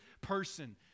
person